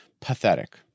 pathetic